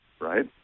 right